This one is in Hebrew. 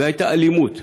והייתה אלימות.